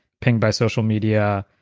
pinged by social media,